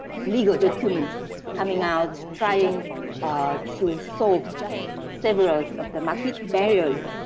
legal documents coming out trying to solve several of the market barriers.